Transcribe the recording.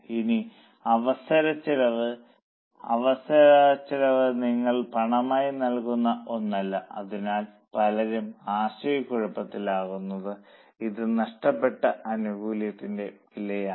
ഇനി അവസര ചെലവ് അവസരച്ചെലവ് നിങ്ങൾ പണമായി നൽകുന്ന ഒന്നല്ല അതിനാലാണ് പലരും ആശയക്കുഴപ്പത്തിലാകുന്നത് ഇത് നഷ്ടപ്പെട്ട ആനുകൂല്യത്തിന്റെ വിലയാണ്